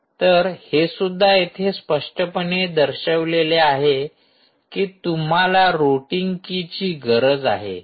तर हे सुद्धा येथे स्पष्टपणे दर्शवलेले आहे की तुम्हाला रुटींग कीची गरज आहे